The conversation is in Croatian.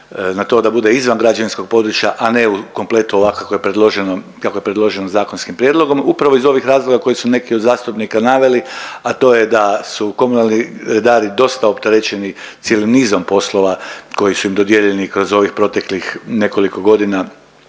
na to da bude izvan građevinskog područja, a ne u kompletu ovako kako je predloženo, kako je predloženo zakonskim prijedlogom? Upravo iz ovih razloga koji su neki od zastupnika naveli, a to je da su komunalni redari dosta opterećeni cijelim nizom poslova koji su im dodijeljeni kroz ovih proteklih nekoliko godina